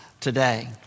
today